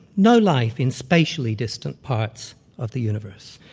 no life in spatially distant parts of the universe.